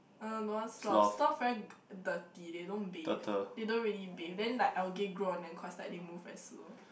uh don't want sloth sloth very dirty they don't bathe they don't really bathe then like algae grow on them cause like they move very slow